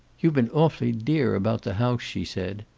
you've been awfully dear about the house, she said.